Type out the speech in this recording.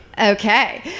Okay